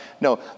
No